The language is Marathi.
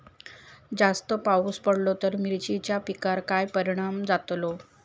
जास्त पाऊस पडलो तर मिरचीच्या पिकार काय परणाम जतालो?